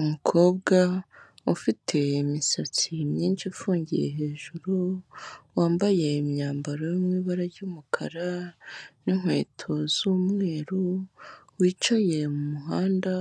Umukobwa ufite imisatsi myinshi ifungiye hejuru, wambaye imyambaro yo mu ibara ry'umukara ninkweto z'umweru, wicaye mu muhanda,